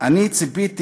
אני ציפיתי